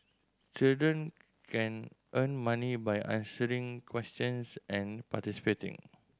children can earn money by answering questions and participating